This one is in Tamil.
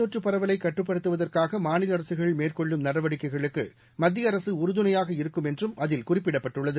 தொற்றுபரவலைகட்டுப்படுத்துவதற்காகமாநிலஅரசுகள் மேற்கொள்ளும் இந்தநோய் நடவடிக்கைகளுக்குமத்தியஅரசுஉறுதுணையாக இருக்கும் என்றும் அதில் குறிப்பிடப்பட்டுள்ளது